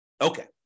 Okay